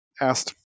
asked